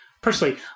Personally